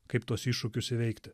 kaip tuos iššūkius įveikti